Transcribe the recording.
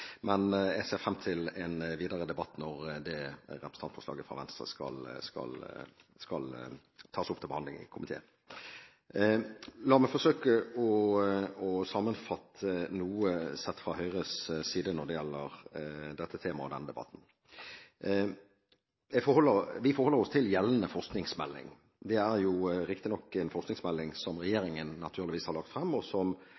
Jeg ser frem til en videre debatt når representantforslaget fra Venstre skal tas opp til behandling i komiteen. La meg forsøke å sammenfatte noe, sett fra Høyres side, når det gjelder dette temaet og denne debatten. Vi forholder oss til gjeldende forskningsmelding. Det er riktignok en forskningsmelding som regjeringen – naturligvis – har lagt frem, og som